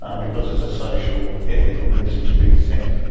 um because there's a social, ethical message being sent,